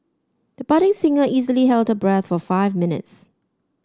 the budding singer easily held her breath for five minutes